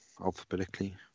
alphabetically